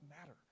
matter